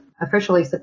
officially